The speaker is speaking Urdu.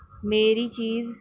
میری چیز